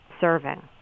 serving